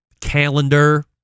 calendar